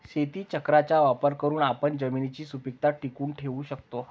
शेतीचक्राचा वापर करून आपण जमिनीची सुपीकता टिकवून ठेवू शकतो